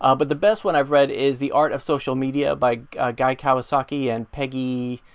ah but the best one i've read is the art of social media by guy kawasaki and peggy